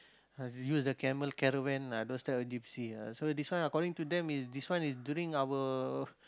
uh if they use a camel caravan ah those type of gypsies ah so this one according to them is this one is during our